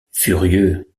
furieux